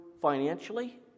financially